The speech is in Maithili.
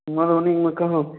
मधुबनीमे कहब